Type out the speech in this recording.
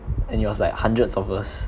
and it was like hundreds of us